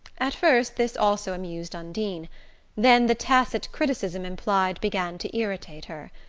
at first this also amused undine then the tacit criticism implied began to irritate her.